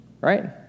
right